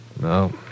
No